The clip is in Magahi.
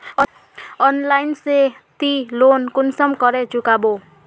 ऑनलाइन से ती लोन कुंसम करे चुकाबो?